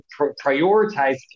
prioritize